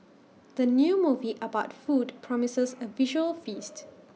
the new movie about food promises A visual feast